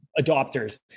adopters